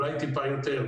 אולי טיפה יותר,